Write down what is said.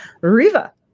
riva